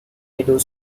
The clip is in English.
middle